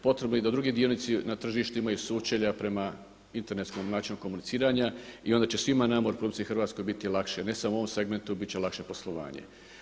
Potrebno je da i drugi dionici na tržištu imaju sučelja prema internetsku načinu komuniciranja i onda će svima nama u RH biti lakše, ne samo u ovom segmentu bit će lakše poslovanje.